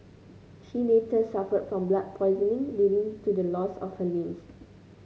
she later suffered from blood poisoning leading to the loss of her limbs